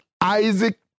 Isaac